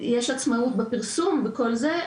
יש עצמאות בפרסום וכל זה,